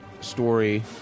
story